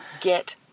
get